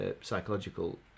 psychological